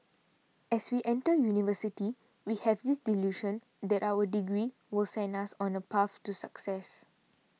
as we enter University we have this delusion that our degree will send us on a path to success